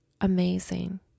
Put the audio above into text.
amazing